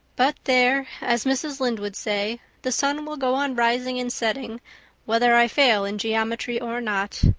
but there, as mrs. lynde would say, the sun will go on rising and setting whether i fail in geometry or not.